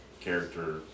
character